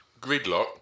gridlock